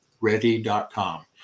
ready.com